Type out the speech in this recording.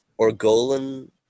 Orgolan